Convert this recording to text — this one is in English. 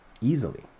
easily